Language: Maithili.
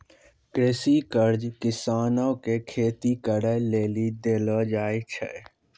कृषि कर्ज किसानो के खेती करे लेली देलो जाय छै